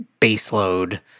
baseload